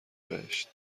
بهشت